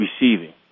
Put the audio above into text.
receiving